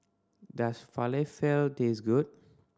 does Falafel taste good